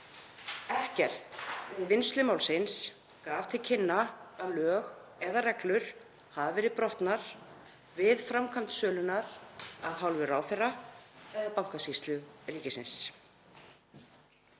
Ekkert við vinnslu málsins gaf til kynna að lög eða reglur hafi verið brotnar við framkvæmd sölunnar af hálfu ráðherra eða Bankasýslu ríkisins.